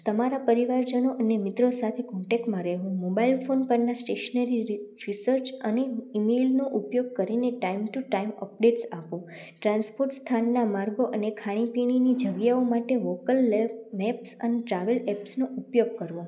તમારા પરિવારજનો અને મિત્રો સાથે કૉન્ટૅક્ટમાં રહેવું મોબાઇલ ફોન પરના સ્ટેશનરી રી રીસર્ચ અને ઇમેલનો ઉપયોગ કરીને ટાઇમ ટૂ ટાઇમ અપડેટ આપો ટ્રાન્સપોર્ટ સ્થાનના માર્ગો અને ખાણીપીણીની જગ્યાઓ માટે લોકલ મેપ મેપ્સ ટ્રાવેલ એપ્સનો ઉપયોગ કરવો